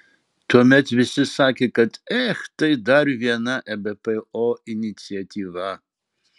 tuomet visi sakė kad ech tai dar viena ebpo iniciatyva